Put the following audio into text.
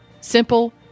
simple